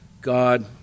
god